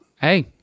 Hey